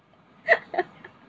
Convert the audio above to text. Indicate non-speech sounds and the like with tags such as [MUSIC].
[LAUGHS]